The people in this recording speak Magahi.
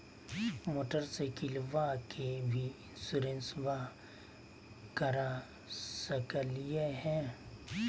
मोटरसाइकिलबा के भी इंसोरेंसबा करा सकलीय है?